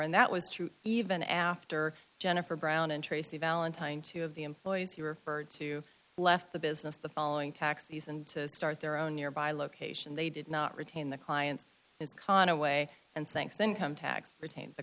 and that was true even after jennifer brown and tracy valentine two of the employees he referred to left the business the following taxis and to start their own nearby location they did not retain the clients his conaway and thanks to income tax retain t